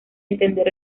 entender